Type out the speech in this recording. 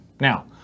Now